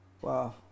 Wow